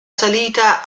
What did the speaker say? salita